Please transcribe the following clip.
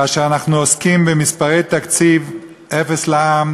כאשר אנחנו עוסקים במספרי תקציב אפס לעם,